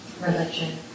religion